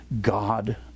God